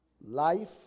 life